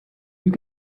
you